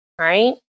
right